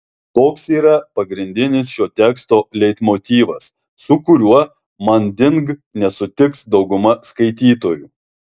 toks yra pagrindinis šio teksto leitmotyvas su kuriuo manding nesutiks dauguma skaitytojų